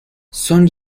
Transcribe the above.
son